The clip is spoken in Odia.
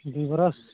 ଦୁଇ ବରଷ